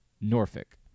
Norfolk